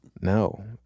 no